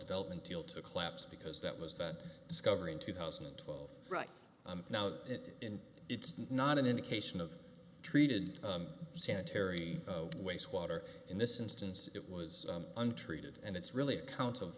development deal to collapse because that was that discovery in two thousand and twelve right now that in it's not an indication of treated sanitary waste water in this instance it was untreated and it's really a count of